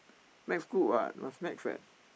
max good [what] must max eh